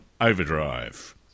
Overdrive